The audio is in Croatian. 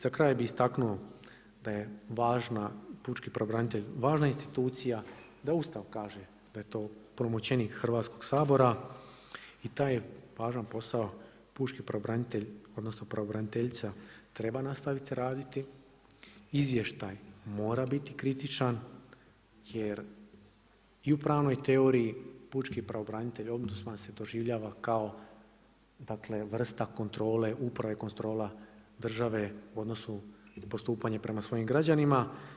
Za kraj bih istaknuo da je važna, pučki pravobranitelj važna institucija, da Ustav kaže da je to opunomoćenik Hrvatskoga sabora i taj važan posao pučki pravobranitelj, odnosno pravobraniteljica treba nastaviti raditi, izvještaj mora biti kritičan jer i u pravnoj teoriji pučki pravobranitelj odmah vam se doživljava kao dakle vrsta kontrole, uprave kontrola države u odnosu postupanja prema svojim građanima.